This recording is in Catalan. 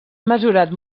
mesurat